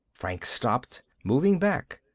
franks stopped, moving back.